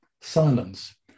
Silence